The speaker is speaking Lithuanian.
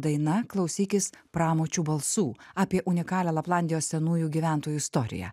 daina klausykis pramočių balsų apie unikalią laplandijos senųjų gyventojų istoriją